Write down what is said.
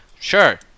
sure